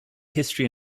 history